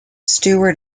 steward